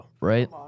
right